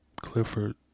Clifford